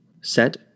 set